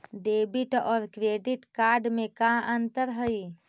Debit और credit card में का अंतर हइ?